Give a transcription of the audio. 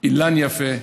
אילן יפה,